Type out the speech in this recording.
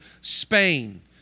Spain